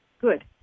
Good